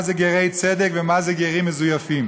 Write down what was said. מה זה גרי צדק ומה זה גרים מזויפים.